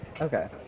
Okay